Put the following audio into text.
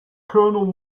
colonel